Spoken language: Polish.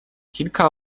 kilka